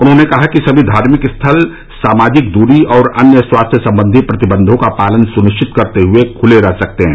उन्होंने कहा कि सभी धार्मिक स्थल सामाजिक दूरी और अन्य स्वास्थ्य सम्बंधी प्रतिबन्धों का पालन सुनिश्चित करते हुए खुले रह सकते हैं